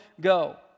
Go